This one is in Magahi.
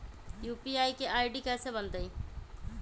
यू.पी.आई के आई.डी कैसे बनतई?